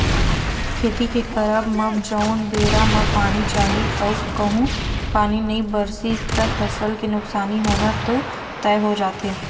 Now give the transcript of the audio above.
खेती के करब म जउन बेरा म पानी चाही अऊ कहूँ पानी नई बरसिस त फसल के नुकसानी होना तो तय हो जाथे